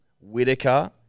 Whitaker